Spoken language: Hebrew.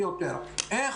ארבעה חודשים,